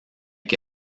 que